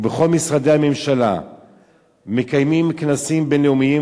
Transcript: ובכל משרדי הממשלה מקיימים כנסים בין-לאומיים,